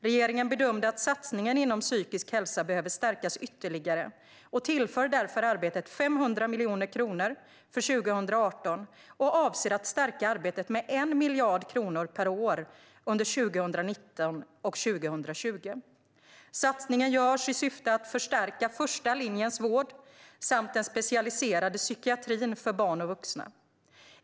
Regeringen bedömde att satsningen inom psykisk hälsa behöver stärkas ytterligare och tillför därför arbetet 500 miljoner kronor för 2018 och avser att stärka arbetet med 1 miljard kronor per år under 2019 och 2020. Satsningen görs i syfte att förstärka första linjens vård samt den specialiserade psykiatrin för barn och vuxna.